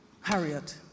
Harriet